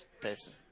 person